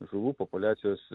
žuvų populiacijos